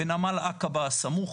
בנמל עקבה הסמוך